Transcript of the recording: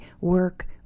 work